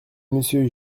monsieur